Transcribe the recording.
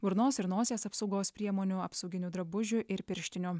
burnos ir nosies apsaugos priemonių apsauginių drabužių ir pirštinių